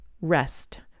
rest